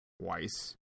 twice